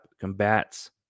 combats